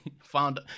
found